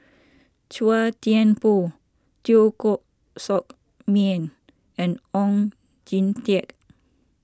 Chua Thian Poh Teo Koh Sock Miang and Oon Jin Teik